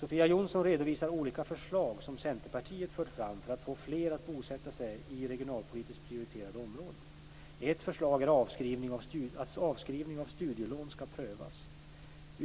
Sofia Jonsson redovisar olika förslag som Centerpartiet fört fram för att få fler att bosätta sig i regionalpolitiskt prioriterade områden. Ett förslag är att avskrivning av studielån skall prövas.